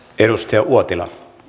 arvoisa puhemies